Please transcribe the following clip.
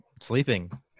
Sleeping